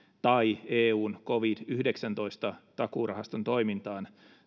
tai eun covid yhdeksäntoista takuurahaston toimintaan